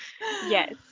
Yes